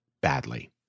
badly